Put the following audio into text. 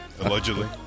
allegedly